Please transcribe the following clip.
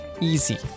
easy